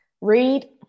Read